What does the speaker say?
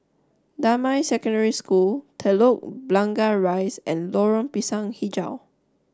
Damai Secondary School Telok Blangah Rise and Lorong Pisang Hijau